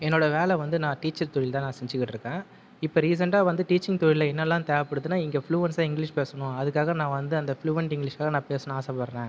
என்னோடய வேலை வந்து நான் டீச்சர் தொழில் தான் நான் செஞ்சுட்டு இருக்கேன் இப்போ ரீசென்ட்டாக வந்து டீச்சிங் தொழிலில் என்னலாம் தேவைப்படுதுனா இங்கே ஃப்ளூவென்ஸாக இங்கிலீஷ் பேசணும் அதுக்காக நான் வந்து அந்த ஃப்ளூவென்ட் இங்கிலீஷ் பேசணும்னு ஆசைப்படுறேன்